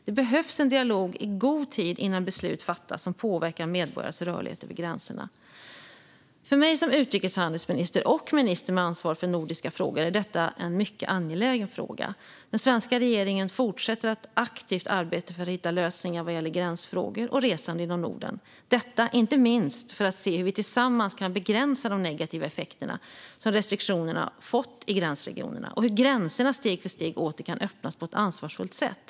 Det behövs en dialog i god tid innan beslut fattas som påverkar medborgares rörlighet över gränserna. För mig som utrikeshandelsminister och minister med ansvar för nordiska frågor är detta en mycket angelägen fråga. Den svenska regeringen fortsätter att aktivt arbeta för att hitta lösningar vad gäller gränsfrågor och resande inom Norden, detta inte minst för att se hur vi tillsammans kan begränsa de negativa effekter som restriktionerna fått i gränsregionerna och hur gränserna steg för steg åter kan öppnas på ett ansvarsfullt sätt.